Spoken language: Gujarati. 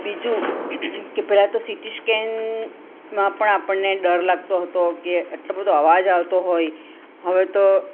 બીજું કે પહેલાં તો સીટી સ્કેનમાં પણ આપણને ડર લાગતો હતો કે આટલો બધો અવાજ આવતો હોય હવે તો